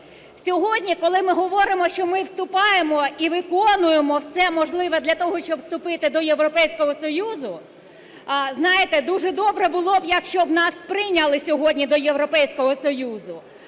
Сьогодні, коли ми говоримо, що ми вступаємо і виконуємо все можливе для того, щоб вступити до Європейського Союзу, знаєте, дуже добре було б, якщо б нас прийняли сьогодні до Європейського Союзу.